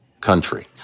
country